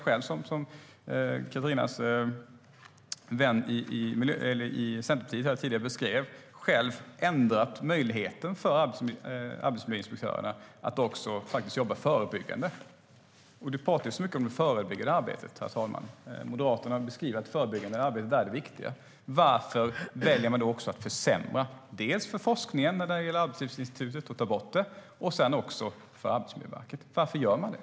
Som Katarinas vän i Centerpartiet beskrev tidigare har ni själva ändrat möjligheten för arbetsmiljöinspektörerna att jobba förebyggande. Katarina Brännström talar mycket om det förebyggande arbetet, herr talman. Moderaterna beskriver det som att det förebyggande arbetet är det viktiga. Varför väljer man då att försämra - dels för forskningen genom att ta bort Arbetslivsinstitutet, dels för Arbetsmiljöverket? Varför gör man det?